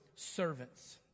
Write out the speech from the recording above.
servants